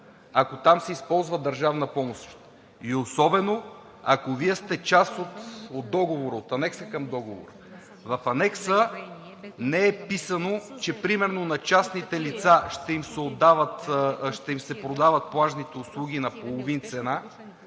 ако там се използва държавна помощ и особено ако Вие сте част от договора, от анекса към договора. В анекса не е писано, че примерно на частните лица ще им се продават плажните услуги на половин цена,